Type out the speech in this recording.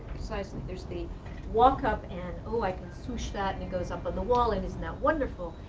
precisely. there's the walk up and oh i can swoosh that and it goes up in the wall and is now wonderful.